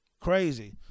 crazy